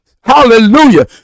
Hallelujah